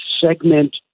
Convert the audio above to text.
segment